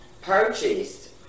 purchased